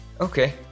Okay